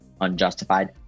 unjustified